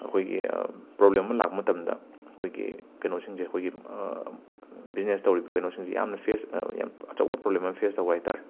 ꯑꯩꯈꯣꯏꯒꯤ ꯄ꯭ꯔꯣꯕ꯭ꯂꯦꯝ ꯑꯃ ꯂꯥꯛꯄ ꯃꯇꯝꯗ ꯑꯩꯈꯣꯏꯒꯤ ꯀꯩꯅꯣꯁꯤꯡꯁꯦ ꯑꯩꯈꯣꯏꯒꯤ ꯕꯤꯖꯤꯅꯦꯁ ꯇꯧꯔꯤꯕ ꯀꯩꯅꯣꯁꯤꯡꯁꯦ ꯌꯥꯝꯅ ꯐꯦꯁ ꯌꯥꯝ ꯑꯆꯧꯕ ꯄ꯭ꯔꯣꯕ꯭ꯂꯦꯝ ꯃꯌꯥꯝ ꯐꯦꯁ ꯇꯧꯕ ꯍꯥꯏꯇꯥꯔꯦ